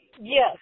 Yes